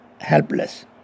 helpless